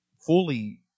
fully